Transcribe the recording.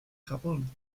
japón